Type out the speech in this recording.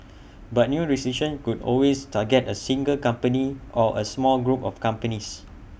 but new restrictions could always target A single company or A small group of companies